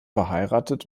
verheiratet